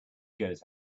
goes